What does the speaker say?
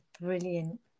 brilliant